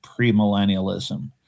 premillennialism